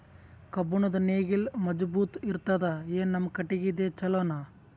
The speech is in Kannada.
ಕಬ್ಬುಣದ್ ನೇಗಿಲ್ ಮಜಬೂತ ಇರತದಾ, ಏನ ನಮ್ಮ ಕಟಗಿದೇ ಚಲೋನಾ?